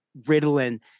Ritalin